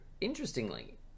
interestingly